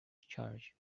charge